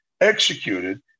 executed